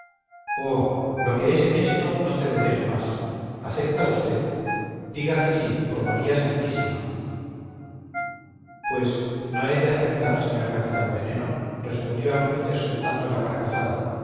oh lo que es en esto no cederé jamás acepta usted dígame que sí por maría santísima pues no he de aceptar señor capitán veneno respondió angustias soltando la carcajada